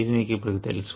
ఇది మీ కిప్పటికే తెలుసు